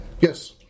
Yes